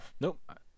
Nope